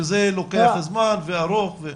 שזה לוקח זמן וארוך.